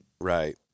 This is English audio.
right